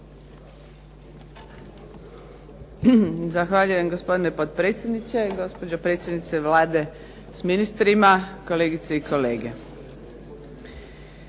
Zahvaljujem. Gospodine potpredsjedniče, gospođo predsjednice Vlade s ministrima, kolegice i kolege.